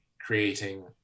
creating